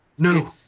No